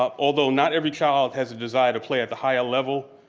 ah although not every child has a desire to play at the higher level,